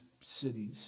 cities